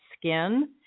skin